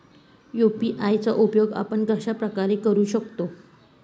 UPI चा उपयोग आपण कशाप्रकारे करु शकतो?